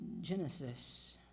Genesis